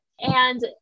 And-